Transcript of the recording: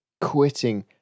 quitting